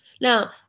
Now